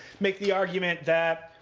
make the argument that,